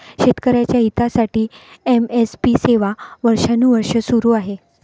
शेतकऱ्यांच्या हितासाठी एम.एस.पी सेवा वर्षानुवर्षे सुरू आहे